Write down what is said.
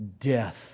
death